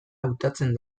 hautatzen